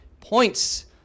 points